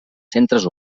centres